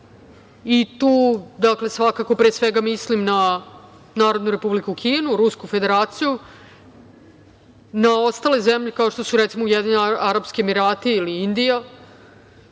prijateljstva i tu pre svega mislim na Narodnu Republiku Kinu, Rusku Federaciju, na ostale zemlje, kao što su recimo Ujedinjeni Arapski Emirati ili Indija,